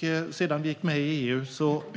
Sedan Sverige gick med i EU